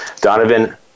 Donovan